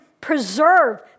preserve